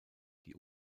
die